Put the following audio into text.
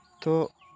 ᱛᱚ